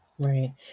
right